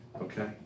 okay